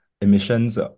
emissions